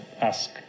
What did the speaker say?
ask